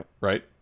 right